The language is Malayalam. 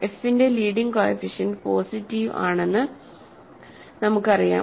എഫ് ന്റെ ലീഡിങ് കോഎഫിഷ്യന്റ് പോസിറ്റീവ് ആണെന്ന് നമുക്കറിയാം